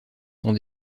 sont